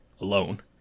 alone